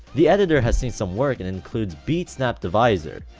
the editor has seen some work and includes beat snap divisor,